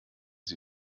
sie